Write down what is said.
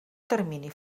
termini